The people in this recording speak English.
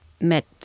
Met